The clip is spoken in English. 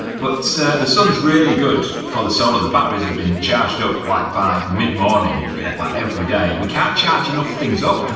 but so the sun's really good for the solar, the batteries have been charged up like by mid-morning yeah like every day. we can't charge enough things up.